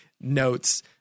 notes